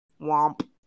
womp